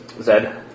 Zed